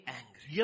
angry